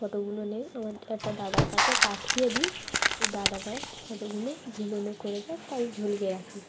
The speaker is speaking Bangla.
ফটোগুলো নিয়ে একটা দাদার কাছে পাঠিয়ে দিই ওই দাদাটাও ফটোগুলো ঝোলানো করে দেয় তাই ঝুলিয়ে রাখি